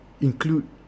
include